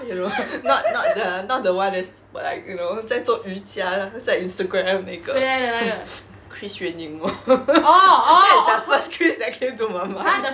ya lor not the not the [one] that's what like you know 在做瑜伽在 instagram 那个 chris yuan ning lor that's the first chris that came to my mind